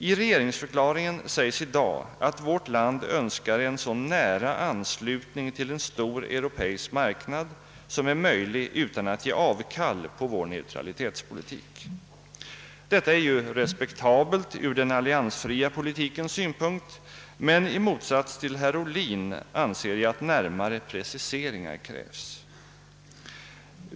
I regeringsförklaringen sägs i dag att vårt land önskar »en så nära anslutning till en stor europeisk marknad som är möjlig utan att ge avkall på vår neutralitetspolitik». Detta är ju respektabelt med hänsyn till den alliansfria politiken, men i motsats till herr Ohlin anser jag att närmare preciseringar krävs.